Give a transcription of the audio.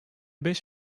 beş